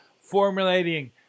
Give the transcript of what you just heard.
formulating